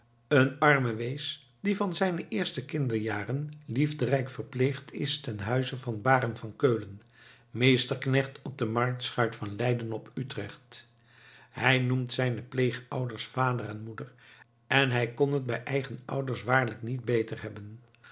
een arme wees die van zijne eerste kinderjaren liefderijk verpleegd is ten huize van barend van keulen meesterknecht op de marktschuit van leiden op utrecht hij noemt zijne pleegouders vader en moeder en hij kon het bij eigen ouders waarlijk niet beter hebben